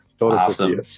Awesome